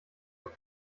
noch